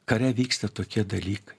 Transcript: kare vyksta tokie dalykai